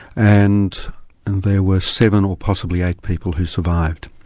and there were seven or possibly eight people who survived.